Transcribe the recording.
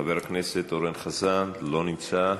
חבר הכנסת אורן חזן, לא נמצא.